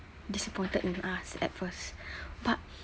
disappointed in us at first but